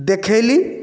ଦେଖେଇଲି